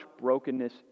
brokenness